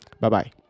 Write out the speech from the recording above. Bye-bye